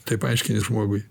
taip aiškini žmogui